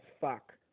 fuck